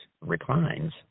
reclines